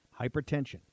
Hypertension